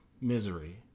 misery